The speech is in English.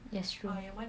that's true